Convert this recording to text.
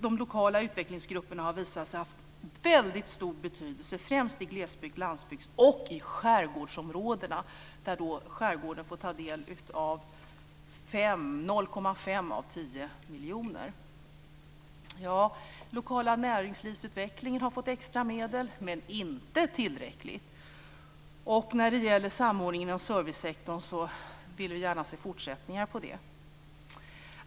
De lokala utvecklingsgrupperna har visat sig ha väldigt stor betydelse främst i glesbygds-, landsbygds och skärgårdsområdena. Skärgården får ta del av 0,5 av 10 miljoner. Lokala näringslivsutvecklingen har fått extra medel, men de är inte tillräckliga. Samordningen inom servicesektorn vill vi gärna se en fortsättning på.